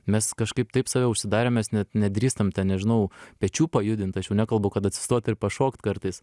mes kažkaip taip save užsidarę mes net nedrįstam nežinau pečių pajudint aš jau nekalbu kad atsistot ir pašokt kartais